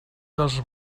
dels